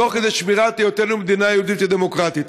תוך כדי שמירה על היותנו מדינה יהודית ודמוקרטית.